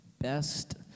Best